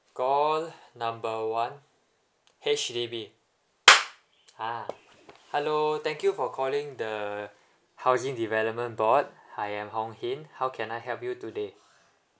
call number one H_D_B !huh! hello thank you for calling the housing development board I am hong hin how can I help you today